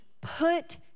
put